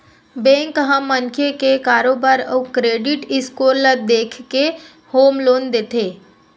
bank ह मनखे के कारोबार अउ क्रेडिट स्कोर ल देखके होम लोन देथे